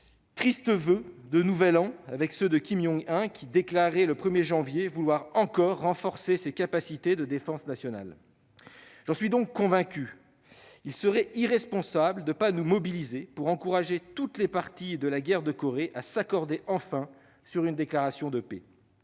Tristes voeux de Nouvel An que ceux de Kim Jong-un, qui déclarait le 1 janvier vouloir encore renforcer ses capacités de défense nationale ! Je suis donc convaincu qu'il serait irresponsable de ne pas nous mobiliser pour encourager toutes les parties à la guerre de Corée à s'accorder enfin sur une déclaration de paix.